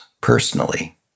personally